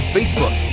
Facebook